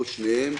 או שניהם.